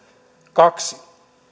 kaksi